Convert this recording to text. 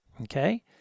okay